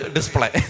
Display